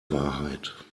wahrheit